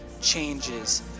changes